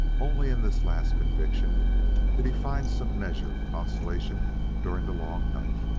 only in this last conviction did he find some measure of consolation during the long night.